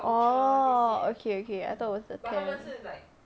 orh okay okay I thought was the temp